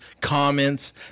comments